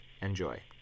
Enjoy